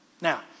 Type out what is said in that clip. Now